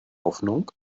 hoffnung